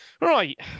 Right